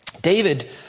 David